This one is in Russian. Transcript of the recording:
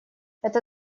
это